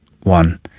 one